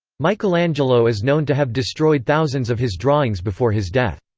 michelangelo is known to have destroyed thousands of his drawings before his death.